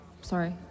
sorry